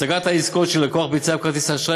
הצגת העסקאות שלקוח ביצע בכרטיס האשראי